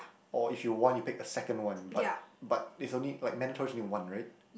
or if you want you pick the second one but but it's only like mandatory is only one right